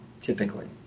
typically